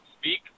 speak